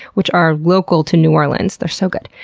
which are local to new orleans. they're so good.